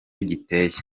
giteye